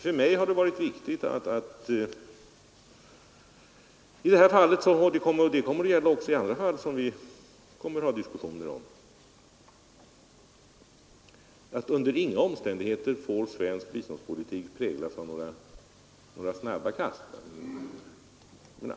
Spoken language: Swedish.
För mig har det i det här fallet varit viktigt — och det kommer att gälla också i andra fall som vi skall ha diskussioner om — att svensk biståndspolitik under inga omständigheter får präglas av några snabba kast.